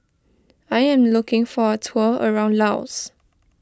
I am looking for a tour around Laos